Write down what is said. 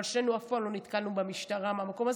אבל שנינו אף פעם לא נתקלנו במשטרה מהמקום הזה.